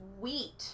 wheat